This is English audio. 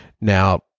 now